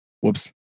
Whoops